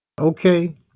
Okay